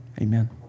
Amen